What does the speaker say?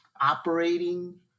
operating